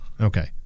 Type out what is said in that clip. okay